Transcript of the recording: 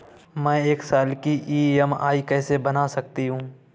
मैं एक साल की ई.एम.आई कैसे बना सकती हूँ?